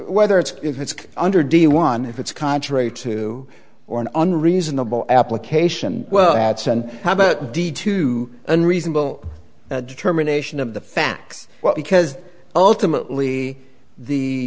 whether it's if it's under de one if it's contrary to or an unreasonable application well how about d two unreasonable determination of the facts because ultimately the